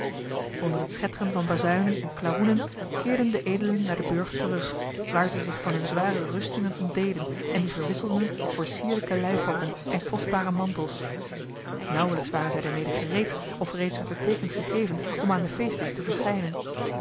onder het schetteren van bazuinen en klaroenen keerden de edelen naar den burcht terug waar zij zich van hunne zware rustingen ontdeden en die verwisselden voor sierlijke lijfrokken en kostbare mantels nauwelijks waren zij daarmede gereed of reeds werd het teeken gegeven om aan den feestdisch te verschijnen